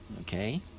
Okay